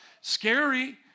scary